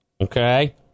Okay